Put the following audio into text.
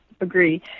agree